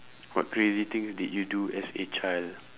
what crazy things did you do as a child